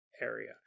area